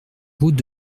route